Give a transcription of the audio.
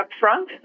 upfront